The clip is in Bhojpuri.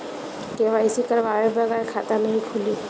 के.वाइ.सी करवाये बगैर खाता नाही खुली?